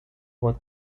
want